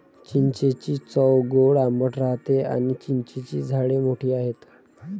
चिंचेची चव गोड आंबट राहते आणी चिंचेची झाडे मोठी आहेत